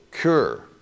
cure